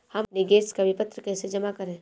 हम अपने गैस का विपत्र कैसे जमा करें?